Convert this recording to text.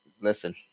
Listen